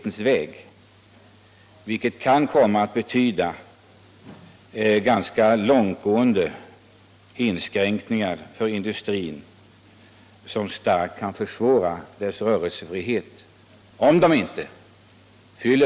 Brott mot detta avtal kan komma att leda till ganska långtgående inskränkningar för industrin som starkt försvårar dess rörelsefrihet.